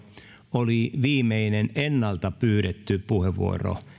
oli viimeinen ennalta pyydetty puheenvuoro